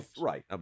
right